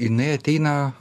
jinai ateina